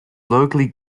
locally